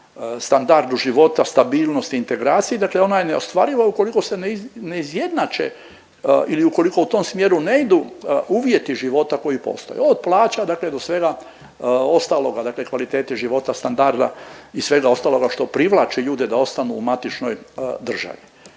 standardu života, stabilnosti, integraciji dakle ona je neostvariva ukoliko ne izjednače ili ukoliko u tom smjeru ne idu uvjeti života koji postoje od plaća dakle do svega ostaloga, dakle kvalitete života, standarda i svega ostaloga što privlači ljude da ostanu u matičnoj državi.